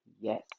yes